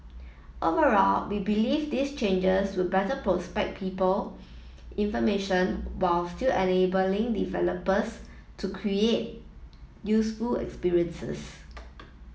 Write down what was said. overall we believe these changes will better prospect people information while still enabling developers to create useful experiences